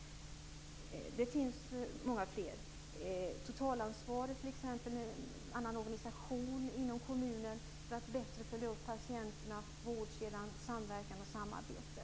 Det finns många fler: totalansvaret, en annan organisation inom kommunen för att bättre följa upp patienterna, vårdkedjan, samverkan och samarbete.